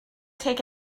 take